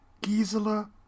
Gisela